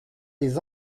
des